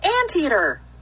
anteater